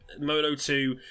Moto2